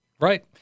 Right